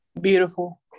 Beautiful